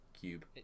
Cube